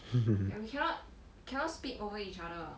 and cannot cannot speak over each other